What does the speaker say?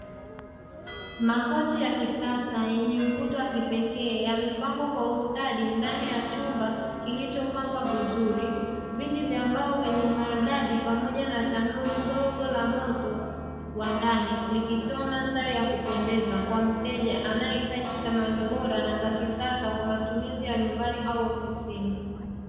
Makochi ya kisasa yenye mvuto wa kipekee yamepangwa kwa ustadi ndani ya chumba kilichopambwa vizuri, viti vya mbao vyenye umaridadi pamoja na tanuri dogo la moto wa ndani likitoa mandhari ya kupendeza kwa mteja anayehitaji samani bora na za kisasa kwa matumizi ya nyumbani au ofisini.